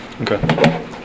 Okay